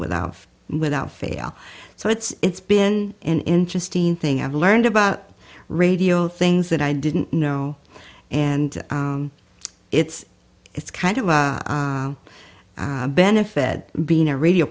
without without fail so it's been an interesting thing i've learned about radio things that i didn't know and it's it's kind of a benefit being a radio